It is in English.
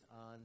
on